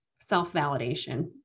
self-validation